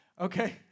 okay